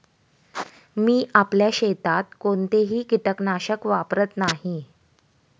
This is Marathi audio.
मी आपल्या शेतात कोणतेही कीटकनाशक वापरत नाही